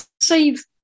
save